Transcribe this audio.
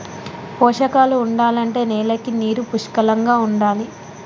పోషకాలు ఉండాలంటే నేలకి నీరు పుష్కలంగా ఉండాలి